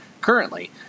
Currently